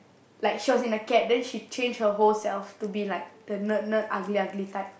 like she was in a cab then she change her whole self to be like the nerd nerd ugly ugly type